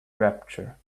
rapture